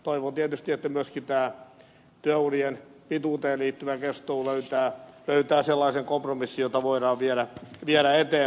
toivon tietysti että myöskin tämä työurien pituuteen liittyvä keskustelu löytää sellaisen kompromissin jota voidaan viedä eteenpäin